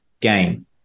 game